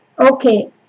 okay